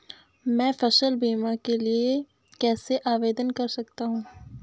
मैं फसल बीमा के लिए कैसे आवेदन कर सकता हूँ?